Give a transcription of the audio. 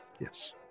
Yes